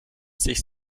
sich